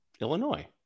Illinois